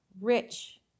rich